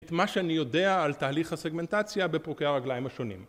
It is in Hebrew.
את מה שאני יודע על תהליך הסגמנטציה בפרוקי הרגליים השונים